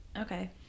okay